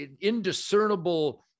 indiscernible